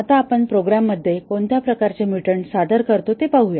आता आपण प्रोग्राममध्ये कोणत्या प्रकारचे म्युटंट्स सादर करतो ते पाहूया